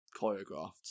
choreographed